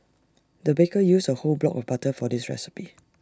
the baker used A whole block of butter for this recipe